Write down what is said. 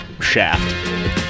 Shaft